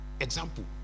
Example